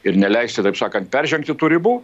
ir neleisti taip sakant peržengti tų ribų